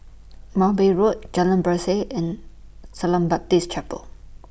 Mowbray Road Jalan Berseh and Shalom Baptist Chapel